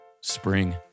spring